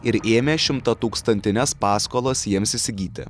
ir ėmė šimtatūkstantines paskolas jiems įsigyti